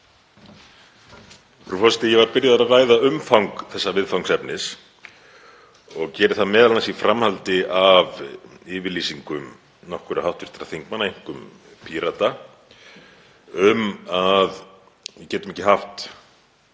Frú forseti. Ég var byrjaður að ræða umfang þessa viðfangsefnis og geri það m.a. í framhaldi af yfirlýsingu nokkurra hv. þingmanna, einkum Pírata, um að við getum ekki haft